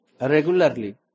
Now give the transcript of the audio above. regularly